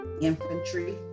infantry